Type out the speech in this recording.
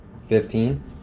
Fifteen